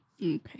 Okay